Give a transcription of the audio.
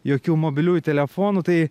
jokių mobiliųjų telefonų tai